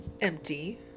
empty